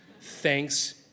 Thanks